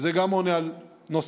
וזה גם עונה על נושא,